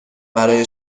برای